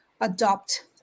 adopt